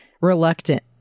reluctant